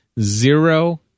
zero